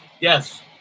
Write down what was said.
Yes